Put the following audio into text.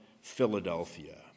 Philadelphia